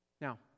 Now